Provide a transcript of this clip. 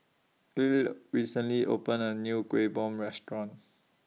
Ely recently opened A New Kueh Bom Restaurant